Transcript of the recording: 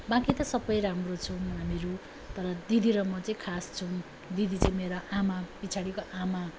बाँकी त सबै राम्रो छौँ हामीहरू तर दिदी र म चाहिँ खास छौँ दिदी चाहिँ मेरो आमा पछाडिको आमा